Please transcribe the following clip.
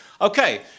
Okay